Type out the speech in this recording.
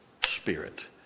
spirit